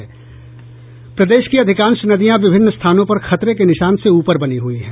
प्रदेश की अधिकांश नदियां विभिन्न स्थानों पर खतरे के निशान से ऊपर बनी हुई है